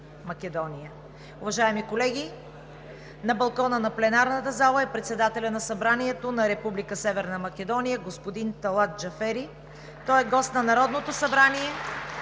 МАКЕДОНИЯ. Уважаеми колеги, на балкона на пленарната зала е председателят на Събранието на Република Северна Македония – господин Талат Джафери. Той е гост на Народното събрание